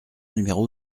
numéro